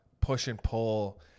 push-and-pull